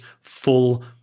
full